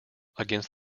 against